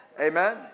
Amen